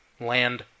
land